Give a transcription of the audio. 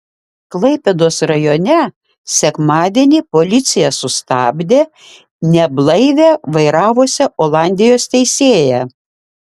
klaipėdos rajone sekmadienį policija sustabdė neblaivią vairavusią olandijos teisėją